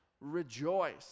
rejoice